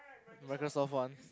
Microsoft one